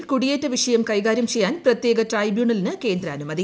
അസമിൽ കുടിയേറ്റ വിഷയം കൈകാരൃം ചെയ്യാൻ പ്രത്യേക ട്രൈബ്യൂണലിന് കേന്ദ്ര അനുമതി